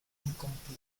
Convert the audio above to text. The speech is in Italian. incomplete